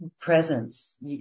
presence